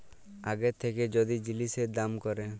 আগের থ্যাইকে যদি জিলিসের দাম ক্যমে